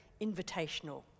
invitational